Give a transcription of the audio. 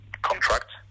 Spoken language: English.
contract